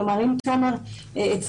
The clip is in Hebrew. כלומר אם תומר הצביע,